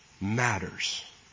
matters